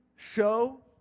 show